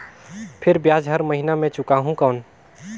फिर ब्याज हर महीना मे चुकाहू कौन?